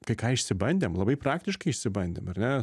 kai ką išsibandėm labai praktiškai išsibandėm ar ne